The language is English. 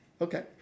Okay